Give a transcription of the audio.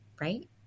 right